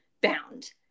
bound